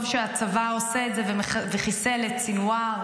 טוב שהצבא עושה את זה וחיסל את סנוואר